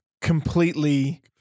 completely-